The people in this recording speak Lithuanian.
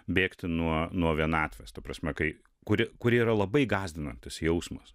bėgti nuo nuo vienatvės ta prasme kai kuri kuri yra labai gąsdinantis jausmas